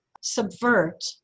subvert